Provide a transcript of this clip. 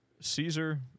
Caesar